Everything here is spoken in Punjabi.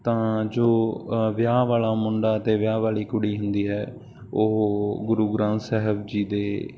ਤਾਂ ਜੋ ਵਿਆਹ ਵਾਲਾ ਮੁੰਡਾ ਅਤੇ ਵਿਆਹ ਵਾਲੀ ਕੁੜੀ ਹੁੰਦੀ ਹੈ ਉਹ ਗੁਰੂ ਗ੍ਰੰਥ ਸਾਹਿਬ ਜੀ ਦੇ